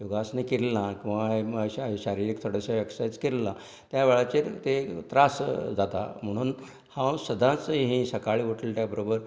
योगासन केलीं ना किंवां शारिरीक थोडेशें एक्सर्सायज केले ना त्या वेळारच ती त्रास जाता म्हणून हांव सदांच ही सकाळीं उछले तें बरोबर